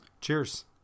Cheers